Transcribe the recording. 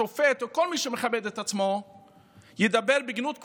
שופט או כל מי שמכבד את עצמו ידבר בגנות קבוצה,